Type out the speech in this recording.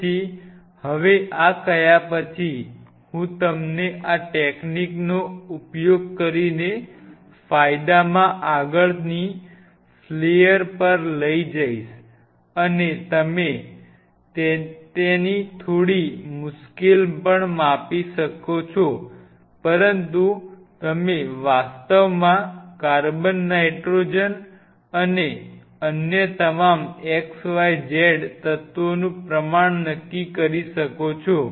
તેથી હવે આ કહ્યા પછી હું તમને આ ટેકનિકનો ઉપયોગ કરીને ફાયદામાં આગળની ફ્લેયર પર લઈ જઈશ તમે તેની થોડી મુશ્કેલ પણ માપી શકો છો પરંતુ તમે વાસ્તવમાં કાર્બન નાઇટ્રોજન અને અન્ય તમામ xyz તત્વોનું પ્રમાણ નક્કી કરી શકો છો